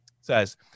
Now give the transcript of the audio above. Says